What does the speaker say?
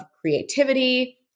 creativity